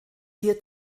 hier